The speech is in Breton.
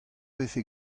vefe